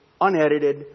unedited